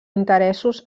interessos